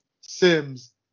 Sims